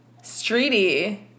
Streety